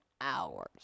hours